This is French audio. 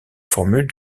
formule